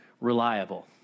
reliable